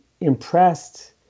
impressed